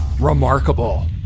remarkable